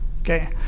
okay